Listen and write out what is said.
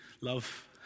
love